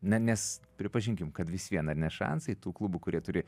na nes pripažinkim kad vis vien ar ne šansai tų klubų kurie turi